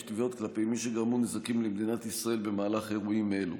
תביעות כלפי מי שגרמו נזקים למדינת ישראל במהלך אירועים אלה.